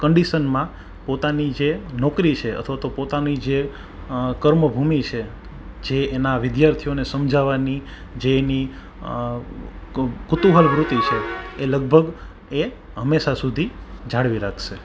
કન્ડિશનમાં પોતાની જે નોકરી છે અથવા તો પોતાની જે કર્મ ભૂમિ છે જે એના વિદ્યાર્થીઓને સમજાવાની જે એની કુતૂહલ વૃતિ છે એ લગભગ એ હંમેશા સુધી જાળવી રાખશે